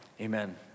amen